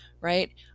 right